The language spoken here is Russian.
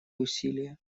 усилия